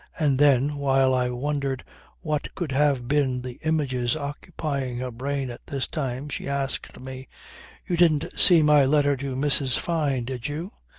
and then, while i wondered what could have been the images occupying her brain at this time, she asked me you didn't see my letter to mrs. fyne did you?